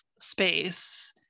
space